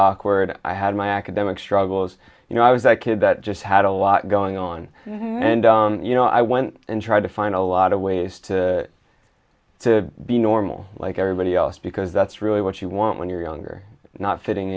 awkward i had my academic struggles you know i was a kid that just had a lot going on and you know i went and tried to find a lot of ways to to be normal like everybody else because that's really what you want when you're younger not fitting